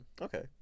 okay